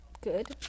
good